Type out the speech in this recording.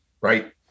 Right